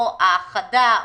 או האחדה,